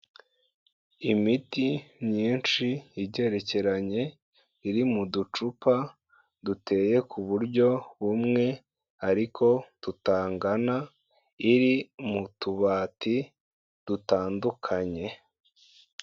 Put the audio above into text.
Imiti myinshi igerekeranye iri mu ducupa duteye ku buryo bumwe ariko tutangana, iri mu tubati dutandukanye.